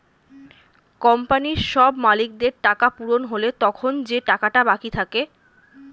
কোম্পানির সব মালিকদের টাকা পূরণ হলে তখন যে টাকাটা বাকি থাকে